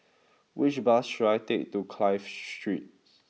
which bus should I take to Clive Street